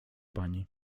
pani